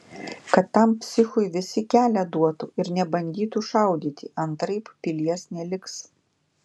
kad tam psichui visi kelią duotų ir nebandytų šaudyti antraip pilies neliks